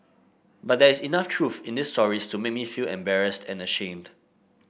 but there is enough truth in these stories to make me feel embarrassed and ashamed